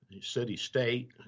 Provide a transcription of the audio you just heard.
city-state